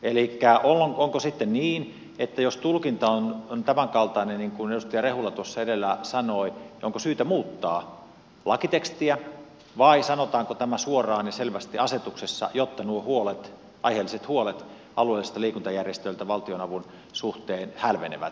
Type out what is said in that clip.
elikkä jos tulkinta on tämänkaltainen niin kuin edustaja rehula tuossa edellä sanoi niin onko syytä muuttaa lakitekstiä vai sanotaanko tämä suoraan ja selvästi asetuksessa jotta nuo huolet aiheelliset huolet alueellisilta liikuntajärjestöiltä valtionavun suhteen hälvenevät